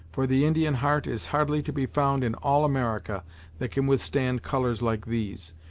for the indian heart is hardly to be found in all america that can withstand colours like these,